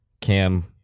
Cam